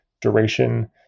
duration